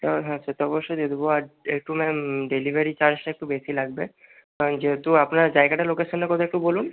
হ্যাঁ হ্যাঁ সেটা অবশ্যই দিয়ে দেব আর একটু ম্যাম ডেলিভারি চার্জটা একটু বেশি লাগবে কারণ যেহেতু আপনার জায়গাটা লোকেশনটা কোথায় একটু বলুন